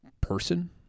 person